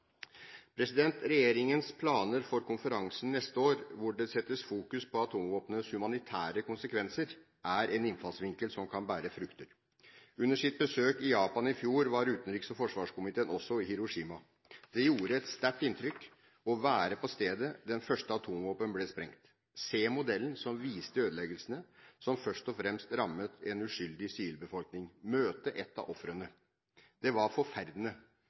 Regjeringens planer for konferansen neste år, hvor det settes fokus på atomvåpnenes humanitære konsekvenser, er en innfallsvinkel som kan bære frukter. Under sitt besøk i Japan i fjor var utenriks- og forsvarskomiteen også i Hiroshima. Det gjorde et sterkt inntrykk å være på stedet der den første atombomben ble sprengt – se modellen som viste ødeleggelsene, som først og fremst rammet en uskyldig sivilbefolkning, og møte ett av ofrene. Det var forferdende.